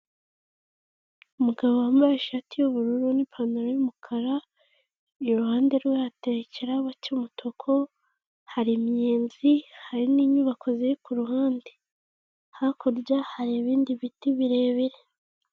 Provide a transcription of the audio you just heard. Umugabo wambaye ishati y'ubururu n'ipantaro y'umukara, iruhande rwe hateye ikirabo cy'umutuku, hari imiyenzi, hari n'inyubako ziri ku ruhande. Hakurya hari ibindi biti birebire.